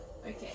Okay